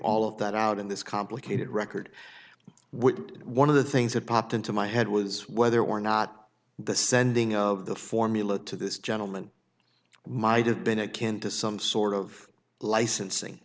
all of that out in this complicated record would one of the things that popped into my head was whether or not the sending of the formula to this gentleman might have been akin to some sort of licensing